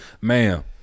ma'am